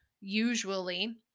usually